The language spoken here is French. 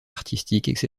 artistique